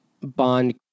bond